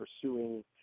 pursuing